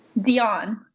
Dion